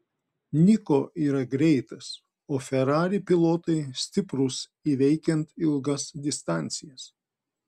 niko yra greitas o ferrari pilotai stiprūs įveikiant ilgas distancijas